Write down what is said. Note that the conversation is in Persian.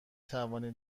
توانید